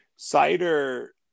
Cider